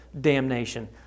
damnation